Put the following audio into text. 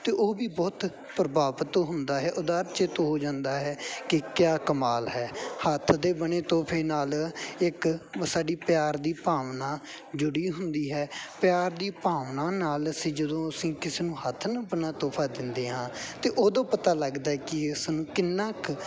ਅਤੇ ਉਹ ਵੀ ਬਹੁਤ ਪ੍ਰਭਾਵਿਤ ਹੁੰਦਾ ਹੈ ਉਸ ਦਾ ਚਿਤ ਹੋ ਜਾਂਦਾ ਹੈ ਕਿ ਕਿਆ ਕਮਾਲ ਹੈ ਹੱਥ ਦੇ ਬਣੇ ਤੋਹਫ਼ੇ ਨਾਲ ਇੱਕ ਸਾਡੀ ਪਿਆਰ ਦੀ ਭਾਵਨਾ ਜੁੜੀ ਹੁੰਦੀ ਹੈ ਪਿਆਰ ਦੀ ਭਾਵਨਾ ਨਾਲ ਅਸੀਂ ਜਦੋਂ ਅਸੀਂ ਕਿਸੇ ਨੂੰ ਹੱਥ ਨਾਲ ਬਣਿਆ ਤੋਹਫ਼ਾ ਦਿੰਦੇ ਹਾਂ ਅਤੇ ਉਦੋਂ ਪਤਾ ਲੱਗਦਾ ਕਿ ਉਸਨੂੰ ਕਿੰਨਾ ਕੁ